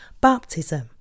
baptism